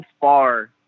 far